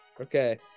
okay